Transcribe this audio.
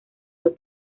los